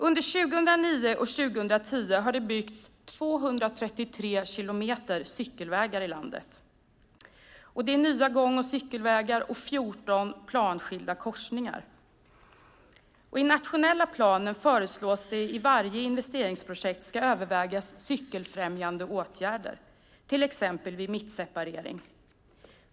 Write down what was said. Under 2009 och 2010 har det byggts 233 kilometer cykelvägar i landet. Det handlar om nya gång och cykelvägar och 14 planskilda korsningar. I den nationella planen föreslås att cykelfrämjande åtgärder ska övervägas i varje investeringsprojekt, till exempel vid mittseparering.